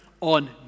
on